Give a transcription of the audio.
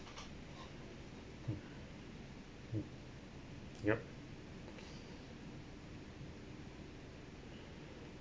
mm mm yup